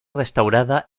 restaurada